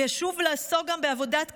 וישוב לעסוק גם בעבודות כפיים,